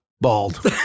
Bald